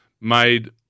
made